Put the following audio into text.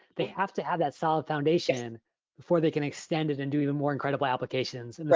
they have to have that solid foundation before they can extend it and do even more incredible applications.